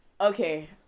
Okay